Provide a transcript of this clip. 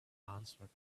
answered